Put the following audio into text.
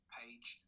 page